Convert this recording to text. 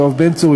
יואב בן צור,